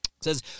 Says